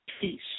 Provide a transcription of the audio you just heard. peace